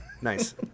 Nice